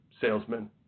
salesmen